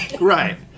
Right